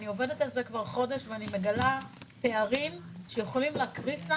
אני עובדת על זה כבר חודש ואני מגלה פערים שיכולים לגרום לקריסה.